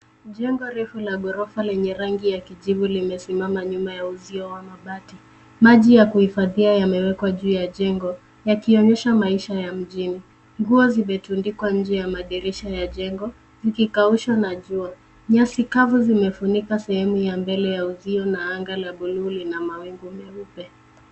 Jengo refu la ghorofa lenye rangi ya kijivu limesimama nyuma ya uzio wa mabati. Maji ya kuhifadhia yamewekwa juu ya jengo yakionyesha maisha ya mjini. Nguo zimetundikwa nje ya madirisha ya jengo ikikaushwa na jua. Nyasi kavu zimefunika sehemu ya mbele ya uzio na anga la blue lina mawingu meupe.